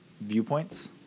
viewpoints